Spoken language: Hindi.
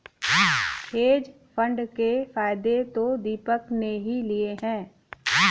हेज फंड के फायदे तो दीपक ने ही लिए है